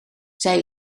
zij